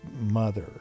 mother